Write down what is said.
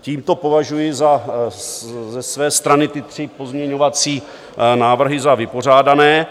Tímto považuji ze své strany ty tři pozměňovací návrhy za vypořádané.